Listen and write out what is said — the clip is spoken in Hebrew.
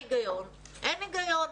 אין הגיון.